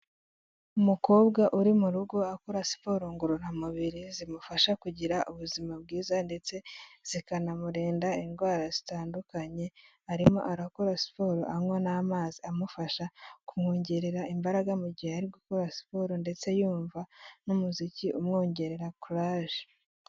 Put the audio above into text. Umukobwa uri mu rugo, akora siporo ngororamubiri, zimufasha kugira ubuzima bwiza ndetse zikanamurinda indwara zitandukanye, arimo arakora siporo anywa n'amazi amufasha kumwongerera imbaraga mu gihe ari gukora siporo ndetse yumva n'umuziki umwongerera kuraje.